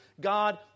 God